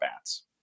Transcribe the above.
bats